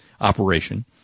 operation